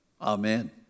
Amen